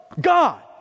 God